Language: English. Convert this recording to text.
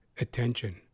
Attention